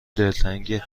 دلتنگ